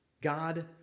God